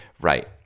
Right